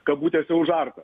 kabutėse užarta